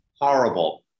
horrible